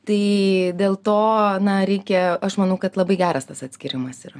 tai dėl to na reikia aš manau kad labai geras tas atskyrimas yra